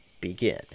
begin